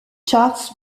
charts